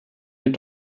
wir